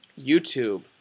YouTube